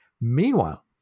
Meanwhile